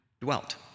dwelt